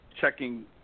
checking